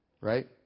Right